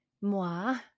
moi